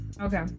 Okay